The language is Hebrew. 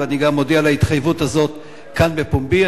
ואני גם מודיע על ההתחייבות הזאת כאן בפומבי.